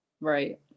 Right